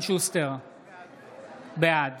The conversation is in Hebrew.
בעד